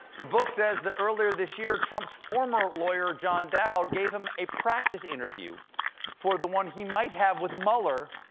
the book says that earlier this year, trump's former lawyer, john dowd, gave him a practice interview for the one he might have with mueller,